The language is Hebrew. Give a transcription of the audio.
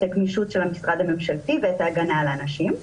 הגמישות של המשרד הממשלתי ואת ההגנה על האנשים.